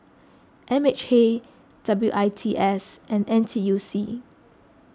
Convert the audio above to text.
M H A W I T S and N T U C